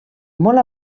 molt